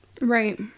Right